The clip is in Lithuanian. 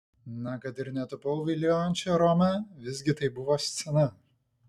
na kad ir netapau viliojančia rome visgi tai buvo scena